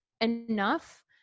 enough